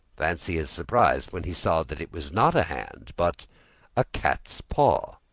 fancy his surprise when he saw that it was not a hand, but a cat's paw.